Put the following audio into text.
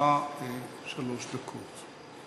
לרשותך שלוש דקות.